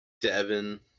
Devin